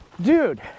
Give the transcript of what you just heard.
Dude